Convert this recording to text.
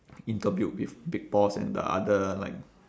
interviewed with big boss and the other like